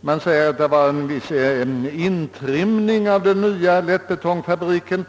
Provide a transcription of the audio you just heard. Man sade att det behövdes en viss intrimning av den nya lättbetongfabriken.